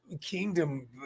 Kingdom